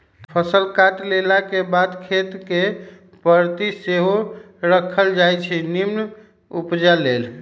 फसल काटलाके बाद खेत कें परति सेहो राखल जाई छै निम्मन उपजा लेल